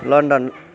London